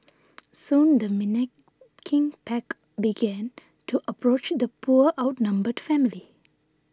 soon the menacing pack began to approach the poor outnumbered family